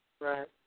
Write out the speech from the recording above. Right